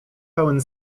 pełen